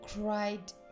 cried